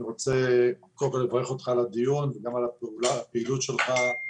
אני רוצה קודם כל לברך אותך על הדיון וגם על הפעילות שלך,